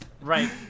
Right